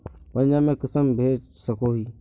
पंजाब में कुंसम भेज सकोही?